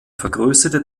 vergrößerte